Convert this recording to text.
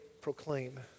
proclaim